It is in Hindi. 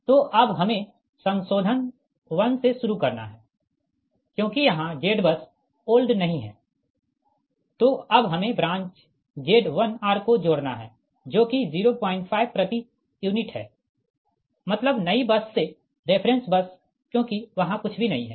तो अब हमे संशोधन 1 से शुरू करना है क्योंकि यहाँ ZBUSOLD नही है तो अब हमे ब्रांच Z1r को जोड़ना है जो कि 05 प्रति यूनिट है मतलब नई बस से रेफ़रेंस बस क्योंकि वहाँ कुछ भी नही है